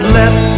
let